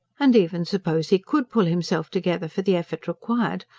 and even suppose he could pull himself together for the effort required,